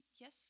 Yes